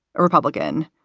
a republican,